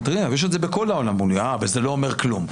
אז אתם אומרים שיש את זה בכל העולם וזה לא אומר כלום.